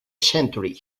century